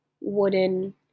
wooden